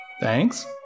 Thanks